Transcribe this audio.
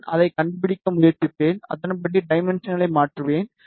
நான் அதைக் கண்டுபிடிக்க முயற்சிப்பேன் அதன்படி டைமென்ஷன்களை மாற்றுவேன்